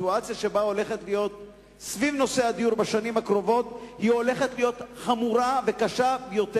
הסיטואציה שהולכת להיות בנושא הדיור בשנים הקרובות היא חמורה וקשה יותר,